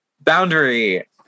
Boundary